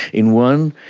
in one,